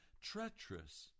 treacherous